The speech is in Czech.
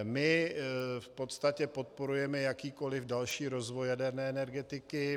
My v podstatě podporujeme jakýkoliv další rozvoj jaderné energetiky.